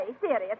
serious